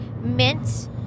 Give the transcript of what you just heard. mint